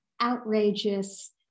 outrageous